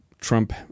Trump